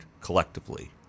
collectively